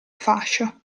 fascio